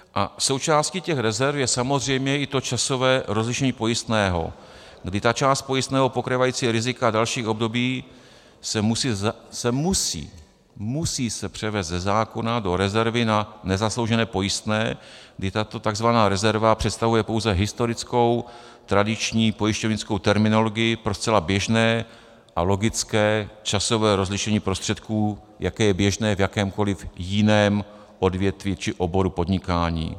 A součástí těch rezerv je samozřejmě i to časové rozlišení pojistného, kdy ta část pojistného pokrývající rizika dalších období se musí se musí musí se převést ze zákona do rezervy na nezasloužené pojistné, kdy tato takzvaná rezerva představuje pouze historickou tradiční pojišťovnickou terminologii pro zcela běžné a logické časové rozlišení prostředků, jaké je běžné v jakémkoli jiném odvětví či oboru podnikání.